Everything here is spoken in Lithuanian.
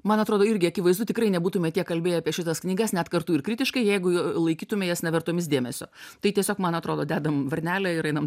man atrodo irgi akivaizdu tikrai nebūtume tiek kalbėję apie šitas knygas net kartu ir kritiškai jeigu laikytume jas nevertomis dėmesio tai tiesiog man atrodo dedam varnelę ir einam